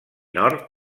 nord